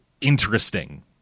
interesting